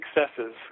successes